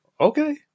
okay